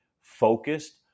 focused